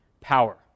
power